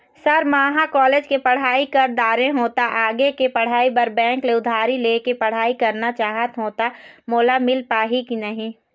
Sir म ह college के पढ़ाई कर दारें हों ता आगे के पढ़ाई बर बैंक ले उधारी ले के पढ़ाई करना चाहत हों ता मोला मील पाही की नहीं?